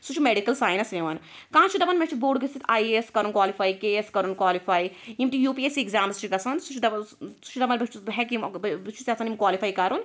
سُہ چھُ medical science نِوان کانٛہہ چھُ دَپان مےٚ چھُ بوٚڑ گٔژھِتھ آے اے ایٚس کَرُن کوالفے کے اے ایٚس کَرُن کوالفے یم تہِ یوٗ پی ایٚس ایٚگزامٕز چھِ گَژھان سُہ چھُ دَپان بہٕ ہیٚکہٕ یِم بہٕ چھُس یَژھان یم کوالِفے کَرُن